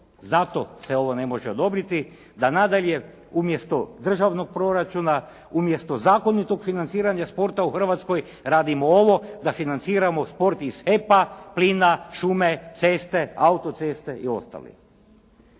Zato se ovo ne može odobriti da nadalje umjesto državnog proračuna, umjesto zakonitog financiranja sporta u Hrvatskoj radimo ovo da financiramo sport iz HEP-a, plina, šume, ceste, autoceste i ostali.